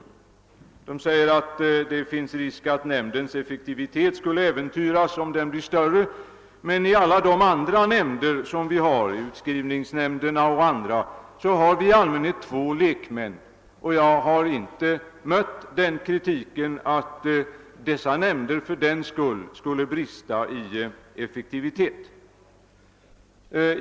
Styrelsen säger att det finns risk för att nämndens effektivitet skulle äventyras om den blir större, men i allmänhet har vi fler lekmän i andra nämnder. Jag har inte mött någon kritik att dessa nämnder fördenskull skulle brista i effektivitet.